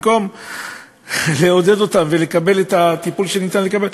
במקום לעודד אותם לקבל את הטיפול שניתן לקבל.